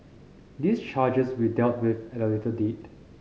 these charges will dealt with at a later date